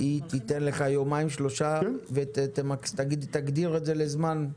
היא תיתן לך יומיים-שלושה ותגדיר את זה לזמן?